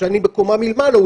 כשאני בקומה מלמעלה,